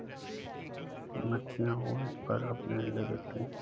मक्खियाँ ऊन पर अपने अंडे देती हैं